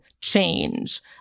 change